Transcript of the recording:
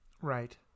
Right